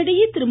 இதனிடையே திரு